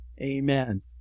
Amen